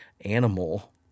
animal